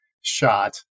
shot